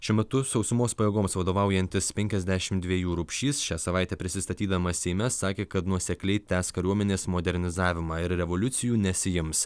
šiuo metu sausumos pajėgoms vadovaujantis penkiasdešim dvejų rupšys šią savaitę prisistatydamas seime sakė kad nuosekliai tęs kariuomenės modernizavimą ir revoliucijų nesiims